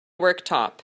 worktop